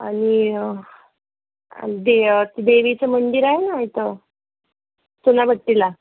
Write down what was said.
आणि दे देवीचं मंदिर आहे न इथं चुनाभट्टीला